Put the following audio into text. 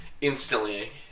Instantly